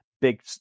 big